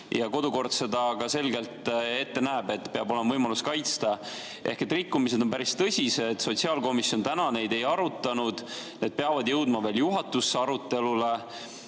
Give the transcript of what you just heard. ja kodukord seda ka selgelt ette näeb, et peab olema võimalus [oma ettepanekuid] kaitsta. Need rikkumised on päris tõsised. Sotsiaalkomisjon täna neid ei arutanud, need peavad jõudma ka veel juhatusse arutelule.